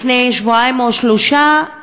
לפני שבועיים או שלושה,